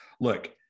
Look